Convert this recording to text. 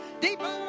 deeper